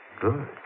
Good